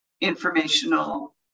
informational